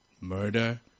murder